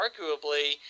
arguably